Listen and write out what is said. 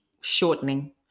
shortening